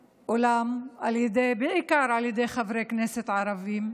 באולם, בעיקר על ידי חברי כנסת ערבים.